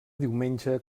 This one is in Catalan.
diumenge